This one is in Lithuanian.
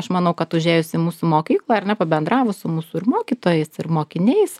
aš manau kad užėjus į mūsų mokyklą ar ne pabendravus su mūsų ir mokytojais ir mokiniais